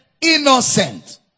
innocent